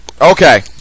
Okay